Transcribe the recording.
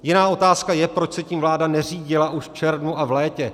Jiná otázka je, proč se tím vláda neřídila už v červnu a v létě.